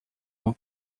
uma